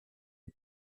est